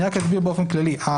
אני רק אסביר באופן כללי.